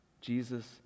Jesus